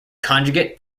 conjugate